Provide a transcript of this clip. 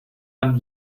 man